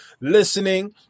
listening